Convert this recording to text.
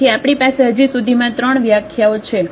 તેથી આપણી પાસે હજી સુધીમાં ત્રણ વ્યાખ્યાઓ છે